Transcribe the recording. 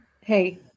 Hey